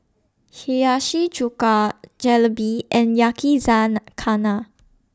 Hiyashi Chuka Jalebi and Yakizakana